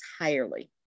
entirely